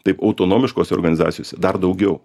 taip autonomiškose organizacijose dar daugiau